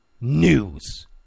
news